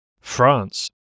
France